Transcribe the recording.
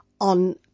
on